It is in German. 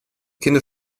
kinder